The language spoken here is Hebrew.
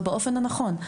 באופן הנכון.